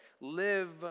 live